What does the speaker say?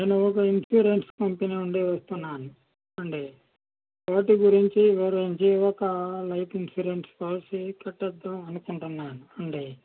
నేను ఒక insurance company నుండి వస్తున్నాను అండి వాటి గురించి వివరించి ఒక లైఫ్ ఇన్సూరెన్స్ పాలసీ కట్టిచూదాం అనుకుంటున్నానండి